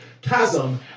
chasm